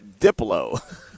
Diplo